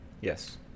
Yes